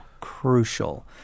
crucial